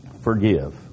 Forgive